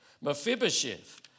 Mephibosheth